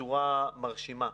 בצורה מרשימה.